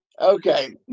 Okay